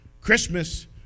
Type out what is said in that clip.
Christmas